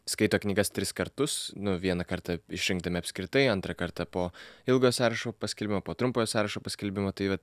skaito knygas tris kartus nu vieną kartą išrinkdami apskritai antrą kartą po ilgojo sąrašo paskelbimo po trumpojo sąrašo paskelbimo tai va